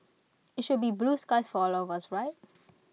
IT should be blue skies for all of us right